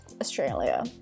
Australia